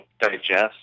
digest